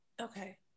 Okay